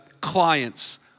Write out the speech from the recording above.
clients